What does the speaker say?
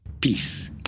Peace